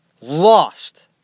lost